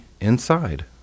inside